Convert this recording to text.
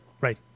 Right